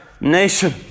nation